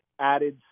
added